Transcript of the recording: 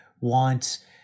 want